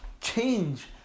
Change